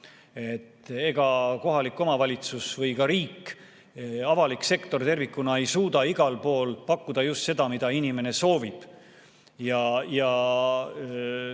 Ega kohalik omavalitsus või ka riik, avalik sektor tervikuna ei suuda igal pool pakkuda just seda, mida inimene soovib.